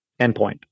endpoint